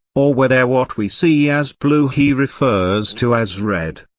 or whether what we see as blue he refers to as red.